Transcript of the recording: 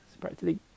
practically